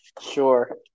Sure